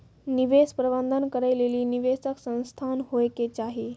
निवेश प्रबंधन करै लेली निवेशक संस्थान होय के चाहि